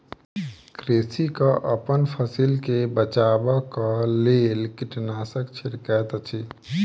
कृषक अपन फसिल के बचाबक लेल कीटनाशक छिड़कैत अछि